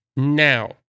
Now